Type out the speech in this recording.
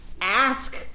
ask